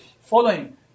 following